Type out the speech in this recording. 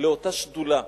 לאותה שדולה,